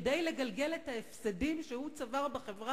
כדי לגלגל את ההפסדים שהוא צבר בחברה